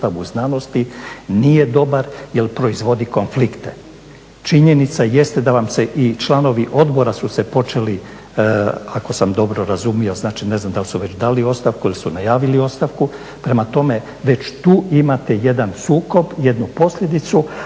sustavu znanosti nije dobar jel proizvodi konflikte. Činjenica jeste da vam se i članovi odbora su se počeli ako sam dobro razumio, znači ne znam da li su već dali ostavku ili su najavili ostavku, prema tome već tu imate jedan sukob, jednu posljedicu,